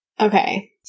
Okay